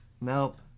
Nope